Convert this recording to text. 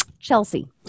Chelsea